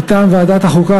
מטעם ועדת החוקה,